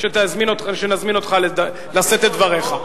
כשנזמין אותך לשאת את דבריך.